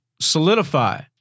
solidify